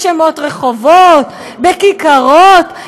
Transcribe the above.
בשמות רחובות, בכיכרות?